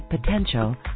potential